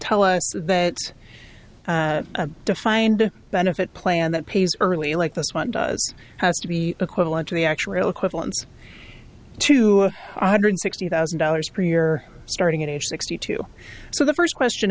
tell us that a defined benefit plan that pays early like this one does has to be equivalent to the actuarial equivalents two hundred sixty thousand dollars per year starting at age sixty two so the first question